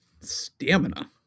stamina